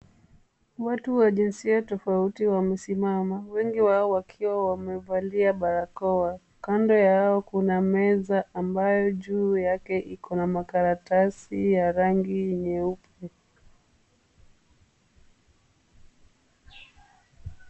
Watu wa jinsia tofauti wamesimama ,wengi wao wakiwa wamevalia barakoa. Kando yao kuna meza ambayo juu yake ikona makaratasi ya rangi nyeupe.